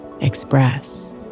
express